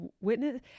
Witness